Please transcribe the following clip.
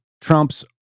Trump's